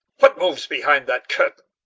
what moves behind that curtain?